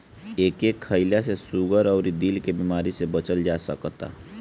एके खईला से सुगर अउरी दिल के बेमारी से बचल जा सकता